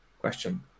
question